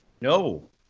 No